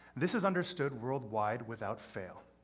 this is understood worldwide without fail.